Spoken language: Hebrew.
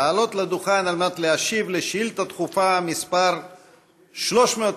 לעלות לדוכן כדי להשיב על שאילתה דחופה מס' 399,